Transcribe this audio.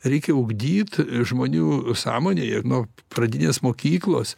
reikia ugdyt žmonių sąmonėje ir nuo pradinės mokyklos